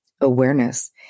awareness